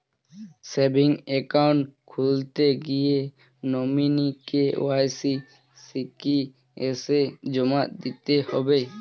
Savings account খুলতে গিয়ে nominee KYC কি এসে জমা দিতে হবে?